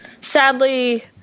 sadly